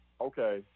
Okay